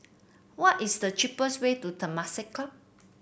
what is the cheapest way to Temasek Club